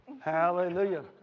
Hallelujah